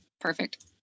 perfect